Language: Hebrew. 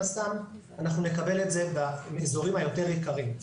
הסתם אנחנו נקבל את זה באזורים היותר יקרים.